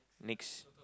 next